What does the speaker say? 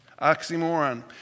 Oxymoron